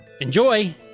enjoy